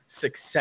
success